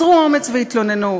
אזרו אומץ והתלוננו,